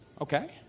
okay